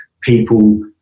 people